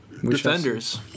Defenders